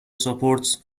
supports